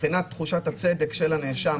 מבחינת תחושת הצדק של הנאשם,